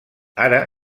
ara